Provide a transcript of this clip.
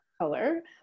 color